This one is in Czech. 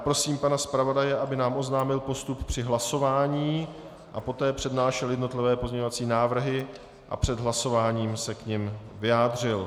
Prosím pana zpravodaje, aby nám oznámil postup při hlasování a poté přednášel jednotlivé pozměňovací návrhy a před hlasováním se k nim vyjádřil.